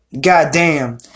Goddamn